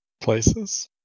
places